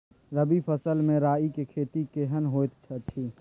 रबी फसल मे राई के खेती केहन होयत अछि?